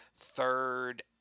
third